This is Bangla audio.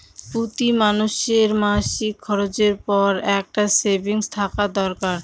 প্রতি মানুষের মাসিক খরচের পর একটা সেভিংস থাকা দরকার